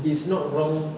it's not wrong